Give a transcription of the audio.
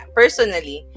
personally